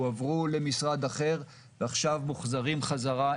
הועברו למשרד אחר ועכשיו מוחזרים חזרה.